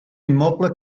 immoble